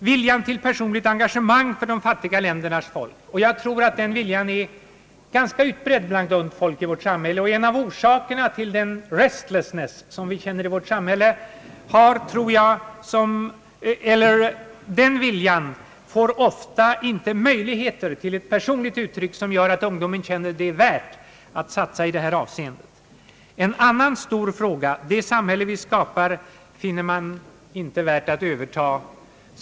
Viljan till personligt engagemang för de fattiga ländernas folk tror jag är ganska utbredd bland ungdomen i vårt samhälle. Den viljan får inte möjlighet till ett personligt uttryck, och detta gör att ungdomen inte känner det värt att satsa i detta avseende. Livet får ett opersonligt drag, vilket kan vara en av orsakerna till den »restlessness«» som vi känner i vårt samhälle. En annan stor fråga: Det samhälle vi skapar finner många ungdomar inte värt att överta.